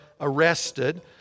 arrested